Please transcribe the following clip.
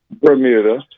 Bermuda